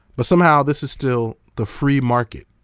but somehow this is still the free market.